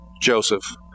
Joseph